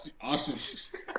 Awesome